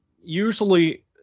usually